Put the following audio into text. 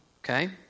okay